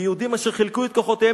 "היהודים אשר חילקו את כוחותיהם,